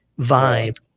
vibe